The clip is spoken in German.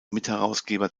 mitherausgeber